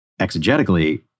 Exegetically